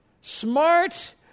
Smart